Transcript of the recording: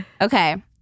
Okay